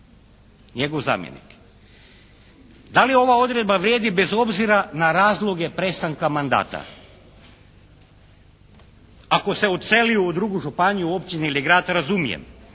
njegov zamjenik. Da li ova odredba vrijedi bez obzira na razloge prestanka mandata? Ako se odseli u drugu županiju, općinu ili grad razumijem,